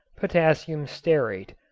potassium stearate.